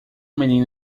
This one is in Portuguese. menino